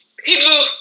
people